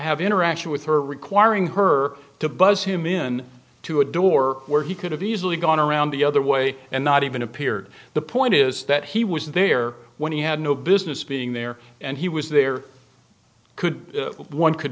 have interaction with her requiring her to buzz him in to a door where he could have easily gone around the other way and not even appeared the point is that he was there when he had no business being there and he was there could one could